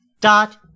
dot